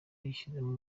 yabishyizemo